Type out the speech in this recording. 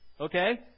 okay